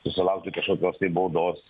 susilaukti kažkokios tai baudos